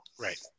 Right